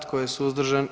Tko je suzdržan?